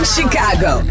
Chicago